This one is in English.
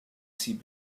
see